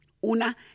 una